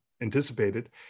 anticipated